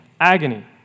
agony